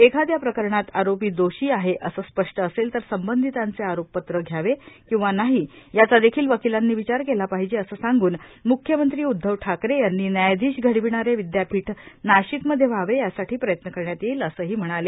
एखाद्या प्रकरणात आरोपी दोषी आहे असे स्पष्ट असेल तर संबंधितांचे आरोप पत्र घ्यावे किंवा नाही याचा देखील वकिलांनी विचार केला पाहिजे असे सांग्रन मुख्यमंत्री उद्धव ठाकरे यांनी न्यायाधीश घडविणारे विदयापीठ नाशिकमध्ये व्हावे यासाठी प्रयत्न करण्यात येईल असेही ते म्हणाले